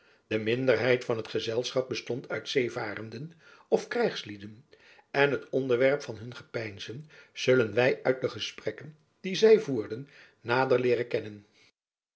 de minderheid van het gezelschap bestond uit zeevarenden of krijgslieden en het onderwerp van hun gepeinzen zullen wy uit de gesprekken die zy voerden nader leeren kennen